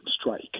strike